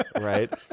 Right